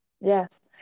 Yes